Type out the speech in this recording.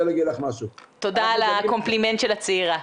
תודה על הקומפלימנט של הצעירה.